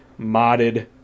modded